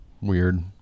weird